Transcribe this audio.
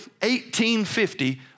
1850